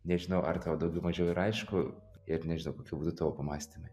nežinau ar tau daugiau mažiau yra aišku ir nežinau kokių būtų tavo pamąstymai